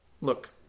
Look